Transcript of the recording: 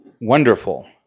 wonderful